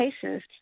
cases